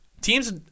Teams